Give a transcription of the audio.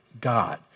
God